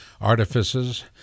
artifices